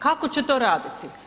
Kako će to raditi?